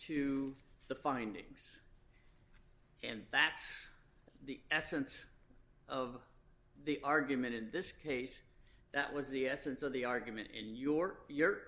to the findings and that's the essence of the argument in this case that was the essence of the argument and your you